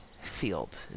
field